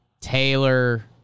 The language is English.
Taylor